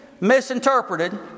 misinterpreted